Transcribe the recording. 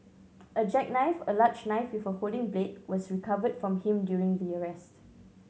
a jackknife a large knife with a folding blade was recovered from him during the arrest